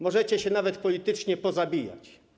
Możecie się nawet politycznie pozabijać.